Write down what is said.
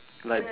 like